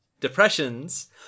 depressions